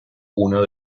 uno